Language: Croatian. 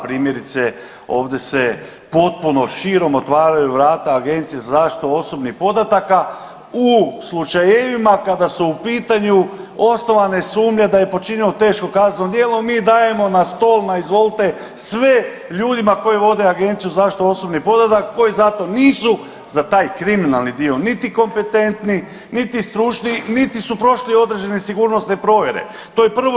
Primjerice ovdje se potpuno širom otvaraju vrata Agenciji za zaštitu osobnih podataka u slučajevima kada su u pitanju osnovane sumnje da je počinjeno teško kazneno djelo, a mi dajemo na stol, na izvolte sve ljudima koji vode Agenciju za zaštitu osobnih podataka koji za to nisu, za taj kriminalni dio niti kompetentni, niti stručni, niti su prošli određene sigurnosne provjere, to je prvo.